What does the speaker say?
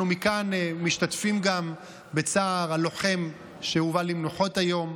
אנחנו מכאן משתתפים גם בצער הלוחם שהובא למנוחות היום,